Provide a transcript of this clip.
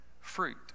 fruit